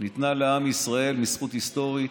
ניתנה לעם ישראל בזכות היסטורית,